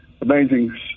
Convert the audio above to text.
amazing